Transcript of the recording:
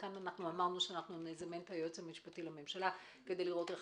וכאן אמרנו שנזמן את היועץ המשפטי לממשלה כדי לראות איך